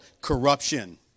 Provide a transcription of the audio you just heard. corruption